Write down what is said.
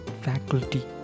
faculty